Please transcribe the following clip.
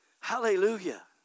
Hallelujah